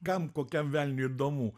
kam kokiam velniui įdomu